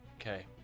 Okay